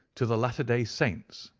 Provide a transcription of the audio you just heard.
to the latter day saints,